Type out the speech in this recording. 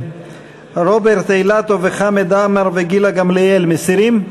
רוברט אילטוב, חמד עמאר וגילה גמליאל, מסירים?